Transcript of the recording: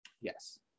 Yes